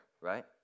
Right